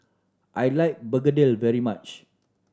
I like begedil very much